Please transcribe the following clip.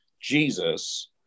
Jesus